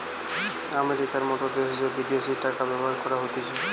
আমেরিকার মত দ্যাশে যে বিদেশি টাকা ব্যবহার করা হতিছে